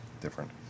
different